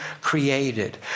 created